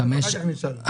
אחר כך נשאל.